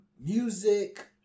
music